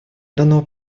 данного